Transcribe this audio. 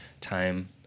time